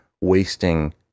wasting